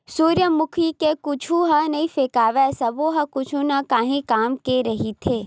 सूरजमुखी के कुछु ह नइ फेकावय सब्बो ह कुछु न काही काम के रहिथे